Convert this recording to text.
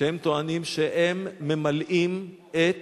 הם טוענים שהם ממלאים את